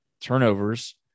turnovers